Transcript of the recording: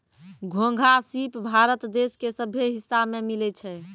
घोंघा, सिप भारत देश के सभ्भे हिस्सा में मिलै छै